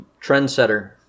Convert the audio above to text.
trendsetter